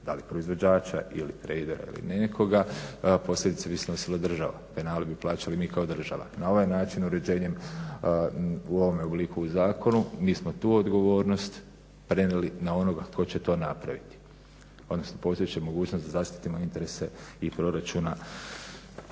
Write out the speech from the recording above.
da li proizvođača ili tradera ili nekoga, posljedice bi snosila država, penale bi plaćali mi kao država. Na ovaj način uređenjem u ovom obliku u zakonu mi smo tu odgovornost prenijeli na onoga tko će to napraviti, odnosno postojeća mogućnost da zaštitimo interese i proračuna